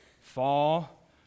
fall